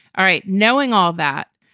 all right. knowing all that,